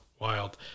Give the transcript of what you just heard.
Wild